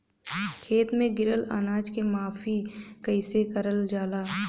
खेत में गिरल अनाज के माफ़ी कईसे करल जाला?